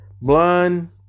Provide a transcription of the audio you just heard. blind